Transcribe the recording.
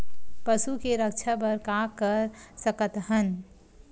पशु के रक्षा बर का कर सकत हन?